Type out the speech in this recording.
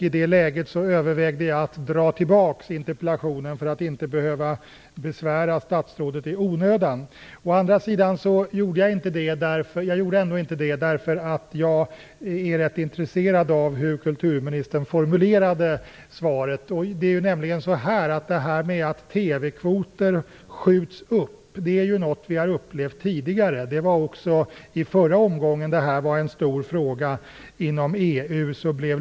I det läget övervägde jag att dra tillbaka interpellationen för att inte besvära statsrådet i onödan. Jag gjorde ändå inte det. Jag är nämligen rätt intresserad av kulturministerns formulering av svaret. Det här med att TV-kvoter skjuts upp är något som vi tidigare har upplevt. Också i förra omgången var det här en stor fråga inom EU.